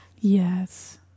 yes